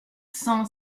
cent